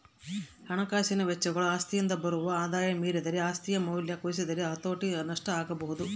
ಹಣಕಾಸಿನ ವೆಚ್ಚಗಳು ಆಸ್ತಿಯಿಂದ ಬರುವ ಆದಾಯ ಮೀರಿದರೆ ಆಸ್ತಿಯ ಮೌಲ್ಯವು ಕುಸಿದರೆ ಹತೋಟಿ ನಷ್ಟ ಆಗಬೊದು